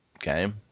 game